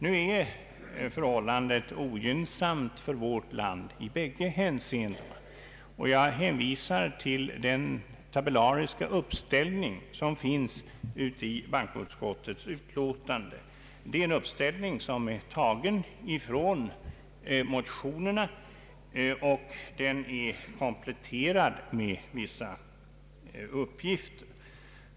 Nu är förhållandet ogynnsamt för vårt land i båda hänseendena. Jag hänvisar till den tabellariska uppställning som finns i bankoutskottets utlåtande. Det är en uppställning som är tagen från motionerna, och den är komplet terad med vissa uppgifter.